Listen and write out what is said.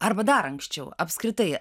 arba dar anksčiau apskritai